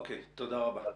תודה רבה.